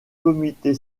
comité